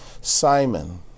Simon